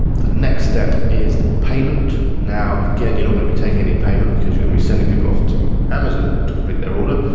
the next step is the payment. now, again, you're not gonna be taking any payment because you're gonna be sending people off to amazon to complete their order,